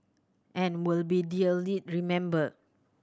and will be dearly remembered